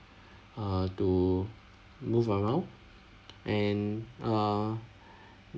uh to move around and uh